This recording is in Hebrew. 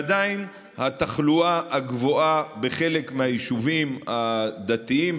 עדיין התחלואה הגבוהה בחלק מהיישובים הדתיים,